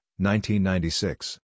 1996